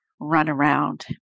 runaround